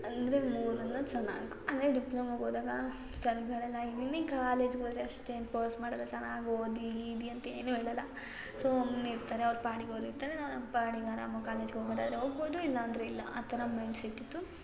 ಅಂದರೆ ಮೂರನ್ನೂ ಚೆನ್ನಾಗಿ ಅಂದರೆ ಡಿಪ್ಲೋಮೋಗೆ ಹೋದಾಗ ಸರ್ಗಳೆಲ್ಲ ಕಾಲೇಜ್ಗೋದರೆ ಅಷ್ಟೇನೂ ಪೋರ್ಸ್ ಮಾಡಲ್ಲ ಚೆನ್ನಾಗಿ ಓದಿ ಗೀದಿ ಅಂತೇನೂ ಹೇಳಲ್ಲ ಸುಮ್ನೆ ಇರ್ತಾರೆ ಅವ್ರ ಪಾಡಿಗೆ ಅವ್ರು ಇರ್ತಾರೆ ನಾವು ನಮ್ಮ ಪಾಡಿಗೆ ಆರಾಮಾಗಿ ಕಾಲೇಜ್ಗೆ ಹೋಗೋದಾದ್ರೆ ಹೋಗ್ಬೋದು ಇಲ್ಲ ಅಂದರೆ ಇಲ್ಲ ಆ ಥರ ಮೈಂಡ್ಸೆಟ್ ಇತ್ತು